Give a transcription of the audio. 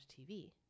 TV